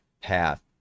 path